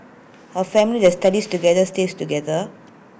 A family that studies together stays together